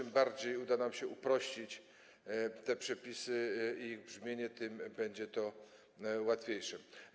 Im bardziej uda nam się uprościć te przepisy i ich brzmienie, tym będzie to łatwiejsze.